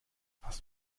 hast